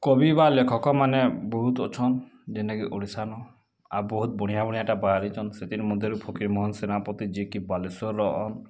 କବି ବା ଲେଖକମାନେ ବହୁତ୍ ଅଛନ୍ ଯେନ୍ତା କି ଓଡ଼ିଶାନୁ ଆଉ ବହୁତ୍ ବଢ଼ିଆ ବଢ଼ିଆ ଟା ବାହାରିଛନ୍ ସେଥିର୍ ମଧ୍ୟରୁ ଫକରିରମୋହନ୍ ସେନାପତି ଯେ କି ବାଲେଶ୍ଵରର